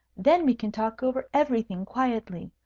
then we can talk over everything quietly.